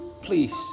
Please